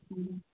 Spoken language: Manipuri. ꯎꯝ